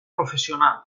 profesional